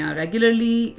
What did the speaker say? regularly